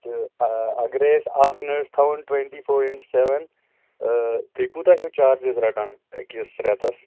تہٕ اگرہَے أسۍ اَکھ نٔرٕس تھاوہون ٹُوَنٹی فور اِنٹُو سٮ۪وَن تُہۍ کوٗتاہ چھُو چارجِز رٹان أکِس رٮ۪تَس